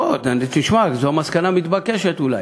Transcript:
תשמע, זו המסקנה המתבקשת, אולי.